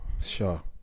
Sure